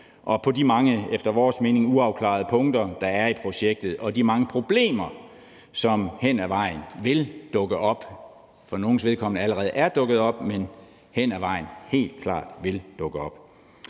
mening mange uafklarede punkter, der er i projektet, og de mange problemer, som hen ad vejen vil dukke op og for nogles vedkommende allerede er dukket op, men altså hen ad vejen helt klart vil dukke op.